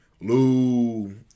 Lou